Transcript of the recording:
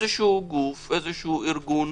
גוף או ארגון